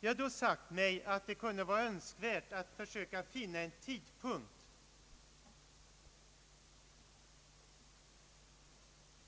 för blodundersökning m.m. Jag har sagt mig att det med utgångspunkt häri kunde vara önskvärt att försöka finna en tidpunkt